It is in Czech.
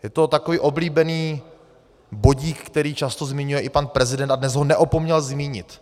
Je to takový oblíbený bodík, který často zmiňuje i pan prezident, a dnes ho neopomněl zmínit.